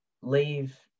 leave